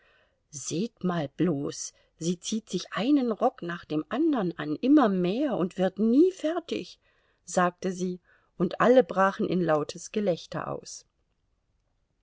seht mal bloß sie zieht sich einen rock nach dem andern an immer mehr und wird nie fertig sagte sie und alle brachen in lautes gelächter aus